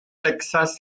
texas